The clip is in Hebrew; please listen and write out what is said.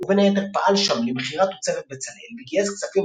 ובין היתר פעל שם למכירת תוצרת בצלאל וגייס כספים